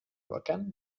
vacant